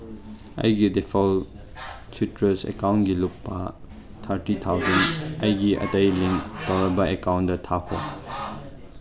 ꯑꯩꯒꯤ default status ꯑꯦꯀꯥꯎꯟꯒꯤ ꯂꯨꯄꯥ ꯊꯥꯔꯇꯤ ꯊꯥꯎꯖꯟ ꯑꯩꯒꯤ ꯑꯇꯩ ꯂꯤꯡ ꯇꯧꯔꯕ ꯑꯦꯀꯥꯎꯟꯗ ꯊꯥꯈꯣ